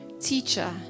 teacher